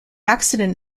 accident